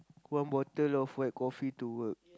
one bottle of white coffee to work